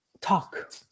talk